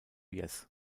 yes